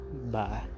Bye